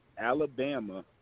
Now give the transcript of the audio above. Alabama